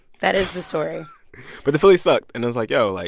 that is the story but the phillies suck. and it was like, yo, like